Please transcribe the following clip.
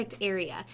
area